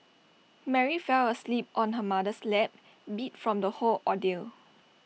Mary fell asleep on her mother's lap beat from the whole ordeal